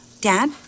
Dad